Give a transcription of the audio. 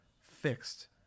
fixed